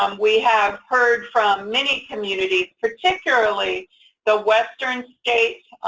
um we have heard from many communities, particularly the western states,